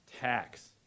tax